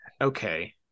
Okay